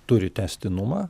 turi tęstinumą